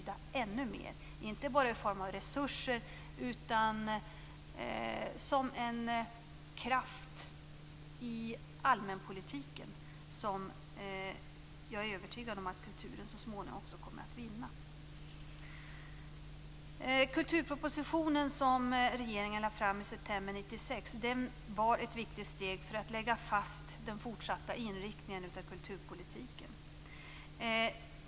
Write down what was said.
Då menar jag inte bara i form av resurser utan som en kraft i allmänpolitiken. Det är en ställning som jag är övertygad om att kulturen så småningom också kommer att vinna. Kulturpropositionen som regeringen lade fram i september 1996 var ett viktigt steg för att lägga fast den fortsatta inriktningen av kulturpolitiken.